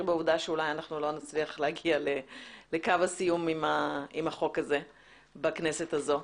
בעובדה שאולי אנחנו לא נצליח להגיע לקו הסיום עם החוק הזה בכנסת הזו.